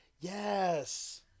Yes